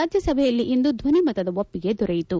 ರಾಜ್ಯಸಭೆಯಲ್ಲಿಂದು ಧ್ವನಿಮತದ ಒಪ್ಪಿಗೆ ದೊರೆಯಿತು